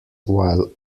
while